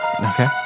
Okay